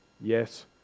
yes